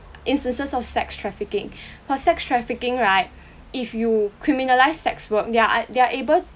instances of sex trafficking for sex trafficking right if you criminalize sex work they're they are able